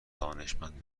دانشمند